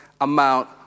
amount